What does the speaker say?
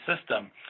system